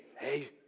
hey